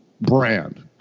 brand